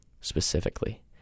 specifically